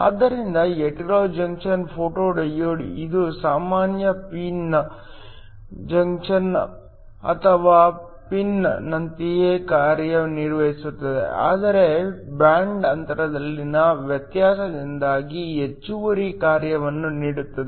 ಆದ್ದರಿಂದ heterojunction photodiode ಇದು ಸಾಮಾನ್ಯ ಪಿ ಎನ್ ಅಥವಾ ಪಿನ್ನಂತೆಯೇ ಕಾರ್ಯನಿರ್ವಹಿಸುತ್ತದೆ ಆದರೆ ಬ್ಯಾಂಡ್ ಅಂತರದಲ್ಲಿನ ವ್ಯತ್ಯಾಸದಿಂದಾಗಿ ಹೆಚ್ಚುವರಿ ಕಾರ್ಯವನ್ನು ನೀಡುತ್ತದೆ